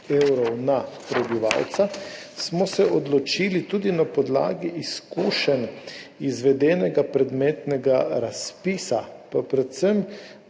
na prebivalca, smo se odločili tudi na podlagi izkušenj izvedenega predmetnega razpisa, pa predvsem